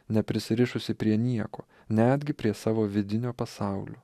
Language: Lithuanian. neprisirišusi prie nieko netgi prie savo vidinio pasaulio